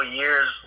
years